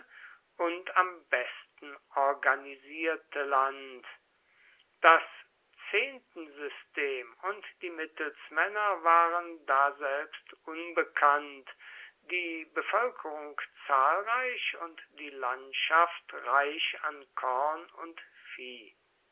und am besten organisierte land das zehntensystem und die mittelsmänner waren daselbst unbekannt die bevölkerung zahlreich und die landschaft reich an korn und vieh